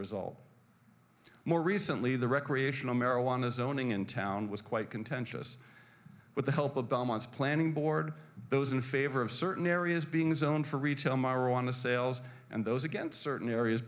result more recently the recreational marijuana zoning in town was quite contentious with the help of belmont's planning board those in favor of certain areas being zone for retail marana sales and those against certain areas